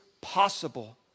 possible